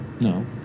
No